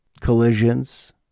collisions